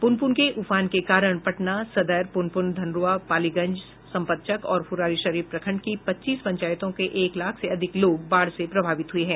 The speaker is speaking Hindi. पुनपुन के उफान के कारण पटना सदर पुनपुन धनरूआ पालीगंज संपतचक और फुलवारीशरीफ प्रखंड की पच्चीस पंचायतों के एक लाख से अधिक लोग बाढ़ से प्रभावित हुए हैं